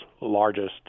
largest